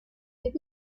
died